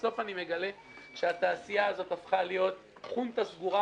בסוף אני מגלה שהתעשייה הזאת הפכה להיות חונטה סגורה